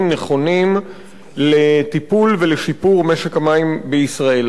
נכונים לטיפול ולשיפור משק המים בישראל.